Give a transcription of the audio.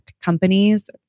companies